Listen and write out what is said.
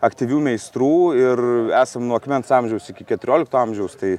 aktyvių meistrų ir esam nuo akmens amžiaus iki keturiolikto amžiaus tai